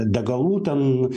degalų ten